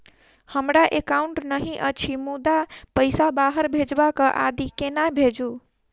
हमरा एकाउन्ट नहि अछि मुदा पैसा बाहर भेजबाक आदि केना भेजू?